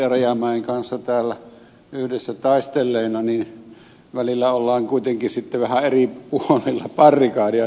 rajamäen kanssa täällä yhdessä taistelleena välillä olemme kuitenkin sitten vähän eri puolilla barrikadia